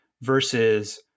versus